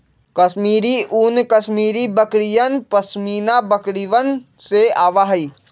कश्मीरी ऊन कश्मीरी बकरियन, पश्मीना बकरिवन से आवा हई